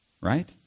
right